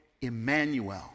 Emmanuel